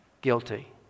guilty